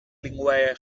linguae